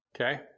Okay